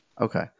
Okay